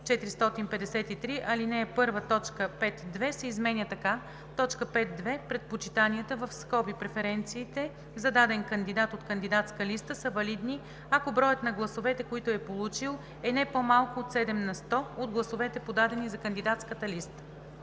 453, ал. 1 т. 5.2 се изменя така: „5.2. Предпочитанията (преференциите) за даден кандидат от кандидатска листа са валидни, ако броят на гласовете, които е получил, е не по-малко от 7 на сто от гласовете, подадени за кандидатската листа.“